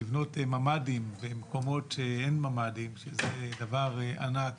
של לבנות ממ"דים במקומות שאין ממ"דים, שזה דבר ענק